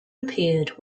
appeared